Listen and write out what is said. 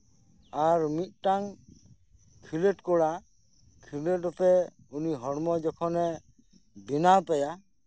ᱟᱨ ᱢᱤᱫᱴᱟᱝ ᱠᱷᱤᱞᱳᱰ ᱠᱚᱲᱟ ᱠᱷᱤᱞᱳᱰ ᱠᱟᱛᱮ ᱦᱚᱲᱢᱚ ᱡᱚᱠᱷᱚᱱᱮᱭ ᱵᱮᱱᱟᱣ ᱛᱟᱭᱟ